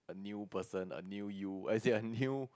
new person a new you as in a new